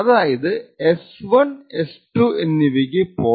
അതായത് എസ്1എസ്2 എന്നിവക്ക് 0